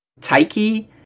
Taiki